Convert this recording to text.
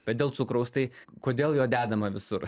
bet dėl cukraus tai kodėl jo dedama visur